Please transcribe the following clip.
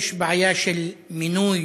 יש בעיה של מינוי